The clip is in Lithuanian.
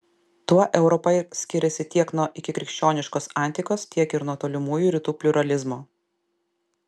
tuo europa skiriasi tiek nuo ikikrikščioniškos antikos tiek ir nuo tolimųjų rytų pliuralizmo